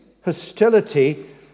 hostility